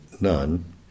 none